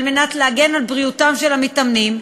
ועל מנת להגן על בריאותם של המתאמנים,